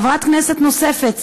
חברת כנסת נוספת,